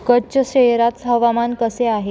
कच्छ शहरात हवामान कसे आहे